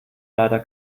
leider